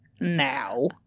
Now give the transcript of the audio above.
now